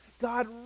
God